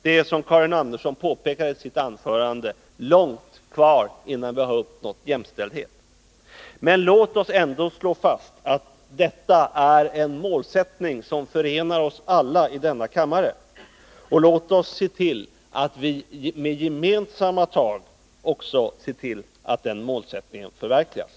Det är, som Karin Andersson påpekade i sitt anförande, långt kvar innan vi har uppnått jämställdhet. Men låt oss ändå slå fast att detta är en målsättning som förenar oss alla i denna kammare, och låt oss med gemensamma tag också se till att den målsättningen förverkligas.